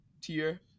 tier